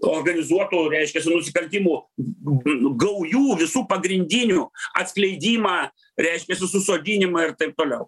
organizuotų reiškiasi nusikaltimų gaujų visų pagrindinių atskleidimą reiškia susodinimą ir taip toliau